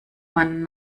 man